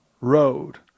road